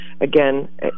Again